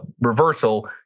reversal